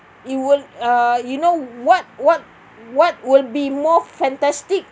you will uh you know what what what will be more fantastic